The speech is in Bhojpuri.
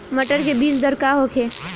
मटर के बीज दर का होखे?